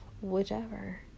whichever